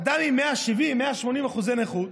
אדם עם 170%, 180% נכות,